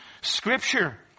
Scripture